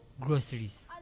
groceries